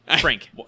Frank